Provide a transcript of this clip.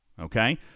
okay